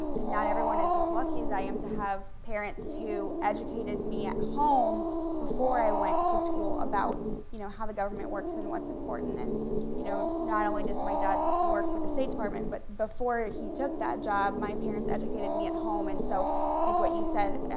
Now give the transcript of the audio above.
and not everyone is as lucky as i am to have parents who educated me at home before i went to school about you know how the government works and what's important. and you know not not only does my dad work for the state department but before he took that job my parents educated me at home. and so like what you said,